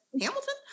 Hamilton